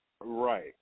Right